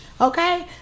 Okay